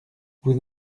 vous